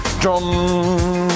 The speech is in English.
Drum